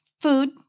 food